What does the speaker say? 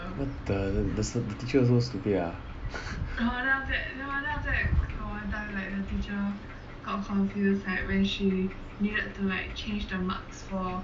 what the the teacher also stupid ah